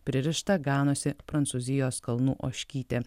pririšta ganosi prancūzijos kalnų ožkytė